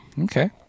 Okay